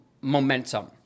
momentum